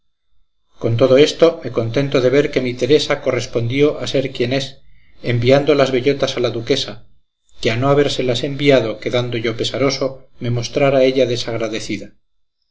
con todo esto me contento de ver que mi teresa correspondió a ser quien es enviando las bellotas a la duquesa que a no habérselas enviado quedando yo pesaroso me mostrara ella desagradecida